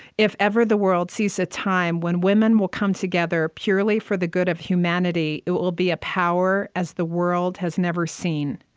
if ever the world sees a time when women will come together purely for the good of humanity, it will will be a power as the world has never seen.